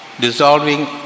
dissolving